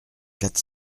quatre